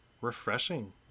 refreshing